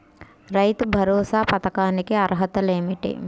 రైతు భరోసా పథకానికి అర్హతలు ఏమిటీ?